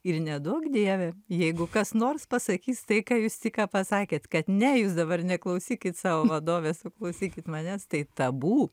ir neduok dieve jeigu kas nors pasakys tai ką jūs tik ką pasakėt kad ne jūs dabar neklausykit savo vadovės o klausykit manęs tai tabu